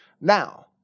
Now